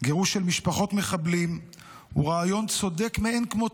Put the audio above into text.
גירוש משפחות מחבלים הוא רעיון צודק מאין כמותו.